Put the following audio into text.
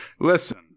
Listen